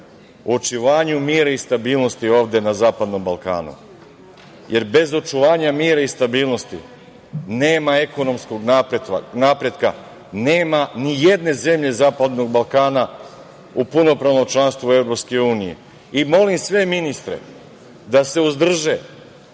o očuvanju mira i stabilnosti ovde na zapadnom Balkanu. Bez očuvanja mira i stabilnosti nema ekonomskog napretka, nema ni jedne zemlje zapadnog Balkana u punopravnom članstvu EU.Molim sve ministre da se uzdrže